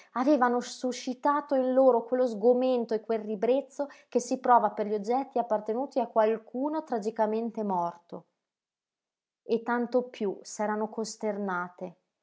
avevano suscitato in loro quello sgomento e quel ribrezzo che si prova per gli oggetti appartenuti a qualcuno tragicamente morto e tanto piú s'erano costernate